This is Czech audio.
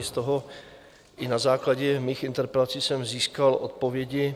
Z toho i na základě mých interpelací jsem získal odpovědi.